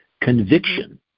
Conviction